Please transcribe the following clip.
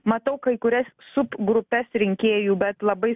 matau kai kurias sub grupes rinkėjų bet labai